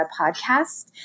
podcast